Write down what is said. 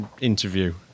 interview